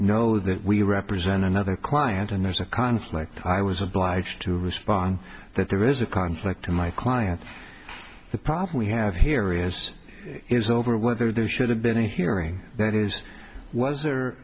know that we represent another client and there's a conflict i was obliged to respond that there is a conflict in my client's the problem we have here is is over whether there should have been a hearing that is was